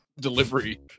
delivery